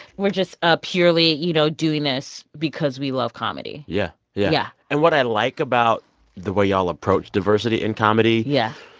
we're just ah purely, you know, doing this because we love comedy yeah. yeah yeah and what i like about the way y'all approach diversity in comedy. yeah.